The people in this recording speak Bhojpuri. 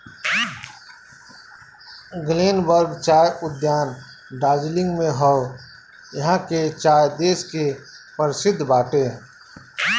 ग्लेनबर्न चाय उद्यान दार्जलिंग में हअ इहा के चाय देश के परशिद्ध बाटे